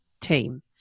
team